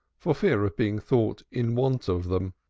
for fear of being thought in want of them.